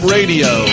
Radio